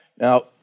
Now